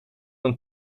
een